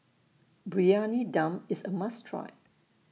Briyani Dum IS A must Try